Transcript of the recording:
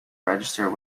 register